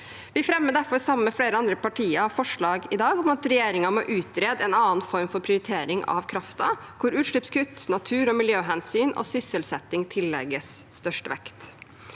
Vi fremmer derfor, sammen med flere andre partier, i dag forslag om at regjeringen må utrede en annen form for prioritering av kraften, hvor utslippskutt, natur- og miljøhensyn og sysselsetting tillegges størst vekt.